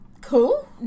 Cool